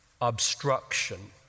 obstruction